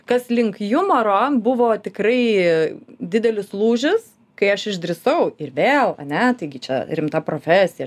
kas link jumoro buvo tikrai didelis lūžis kai aš išdrįsau ir vėl ane taigi čia rimta profesija